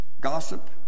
Gossip